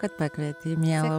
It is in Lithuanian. kad pakvietei miela